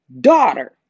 daughter